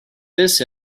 this